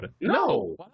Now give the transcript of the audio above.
No